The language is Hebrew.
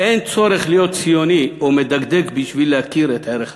"אין צורך להיות ציוני או מדקדק בשביל להכיר את ערך השבת.